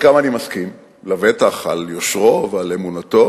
על חלקן אני מסכים, לבטח על יושרו ועל אמונתו.